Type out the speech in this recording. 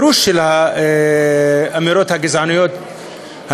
אני מציע גם שהפירוש של האמירות הגזעניות הנאמרות,